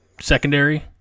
secondary